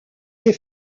ses